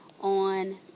on